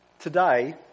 today